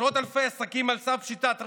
עשרות אלפי עסקים על סף פשיטת רגל,